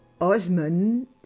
Osman